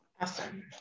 Awesome